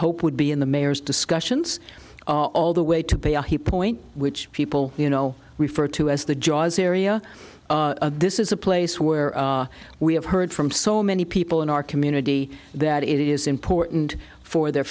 hope would be in the mayor's discussions all the way to be a point which people you know refer to as the jaws area this is a place where we have heard from so many people in our community that it is important for their